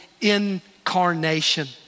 incarnation